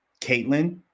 Caitlin